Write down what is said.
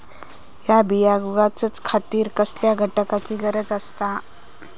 हया बियांक उगौच्या खातिर कसल्या घटकांची गरज आसता?